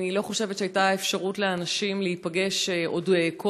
אני לא חושבת שהייתה לאנשים אפשרות להיפגש קודם,